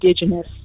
indigenous